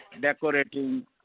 decorating